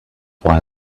why